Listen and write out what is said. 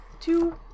two